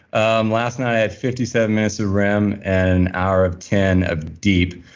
um last night i had fifty seven minutes of rem, an hour of ten of deep,